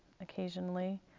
occasionally